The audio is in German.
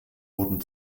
wurden